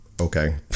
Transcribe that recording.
Okay